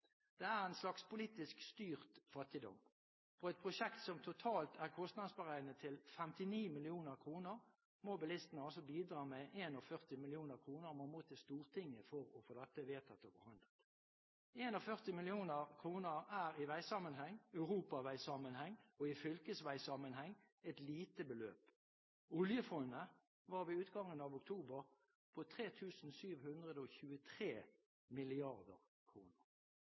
Det er en slags politisk styrt fattigdom. I forbindelse med et prosjekt som totalt er kostnadsberegnet til 59 mill. kr, må bilistene altså bidra med 41 mill. kr, og en må til Stortinget for å få dette vedtatt og behandlet. 41 mill. kr er i veisammenheng – europaveisammenheng og fylkesveisammenheng – et lite beløp. Oljefondet var ved utgangen av oktober